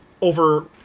over